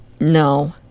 No